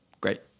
Great